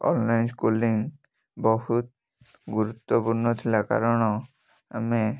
online schooling ବହୁତ ଗୁରୁତ୍ତ୍ୱପୂର୍ଣ୍ଣ ଥିଲା କାରଣ ଆମେ